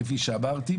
כפי שאמרתי,